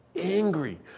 angry